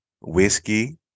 whiskey